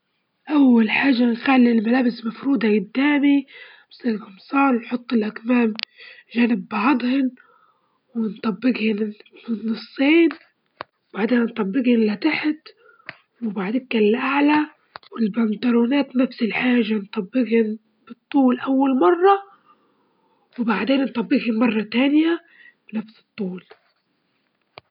إذا أول حاجة إذا كان طبقي المفضل وهي شعرية مدوخة، نجيبوا شعرية جاهزة وندوخوها، بعدين نعملوا وتجلية بعيدة عنها تكون عبارة عن بصل وطماطم وخضار وبطاطس، وبعد ما تطيب ال التقلية نحطوها على ال- على الشعرية.